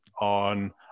on